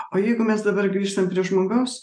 o jeigu mes dabar grįžtam prie žmogaus